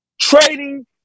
trading